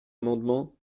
amendement